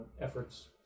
efforts